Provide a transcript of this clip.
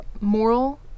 moral